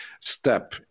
step